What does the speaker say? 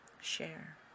share